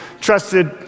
trusted